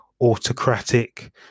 autocratic